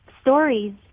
stories